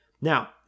Now